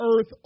earth